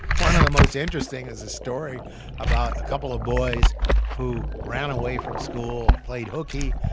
one of the most interesting is a story about a couple of boys who ran away from school, played hooky,